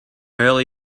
early